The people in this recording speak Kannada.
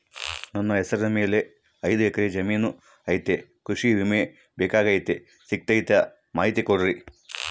ನನ್ನ ಹೆಸರ ಮ್ಯಾಲೆ ಐದು ಎಕರೆ ಜಮೇನು ಐತಿ ಕೃಷಿ ವಿಮೆ ಬೇಕಾಗೈತಿ ಸಿಗ್ತೈತಾ ಮಾಹಿತಿ ಕೊಡ್ರಿ?